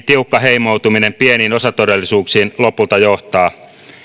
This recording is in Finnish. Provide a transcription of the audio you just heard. tiukka heimoutuminen pieniin osatodellisuuksiin lopulta johtaa